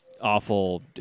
awful